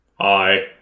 Hi